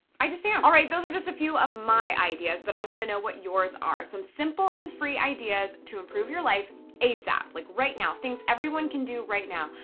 i just am! you know all right, those are just a few of my ideas, but i wanna know what yours are. some simple and free ideas to improve your life asap, like right now, things everyone can do right now.